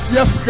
Yes